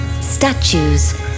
statues